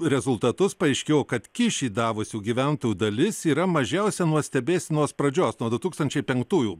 rezultatus paaiškėjo kad kyšį davusių gyventojų dalis yra mažiausia nuo stebėsenos pradžios nuo du tūkstančiai penktųjų